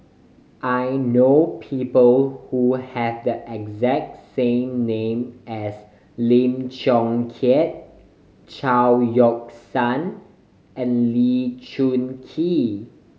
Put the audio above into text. I know people who has the exact name as Lim Chong Keat Chao Yoke San and Lee Choon Kee